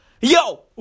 Yo